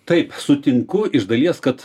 taip sutinku iš dalies kad